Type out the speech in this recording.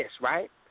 right